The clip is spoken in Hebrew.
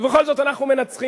ובכל זאת אנחנו מנצחים.